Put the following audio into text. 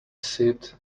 sit